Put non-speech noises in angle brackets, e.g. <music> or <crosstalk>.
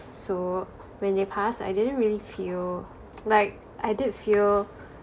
so when they passed I didn't really feel <noise> like I did feel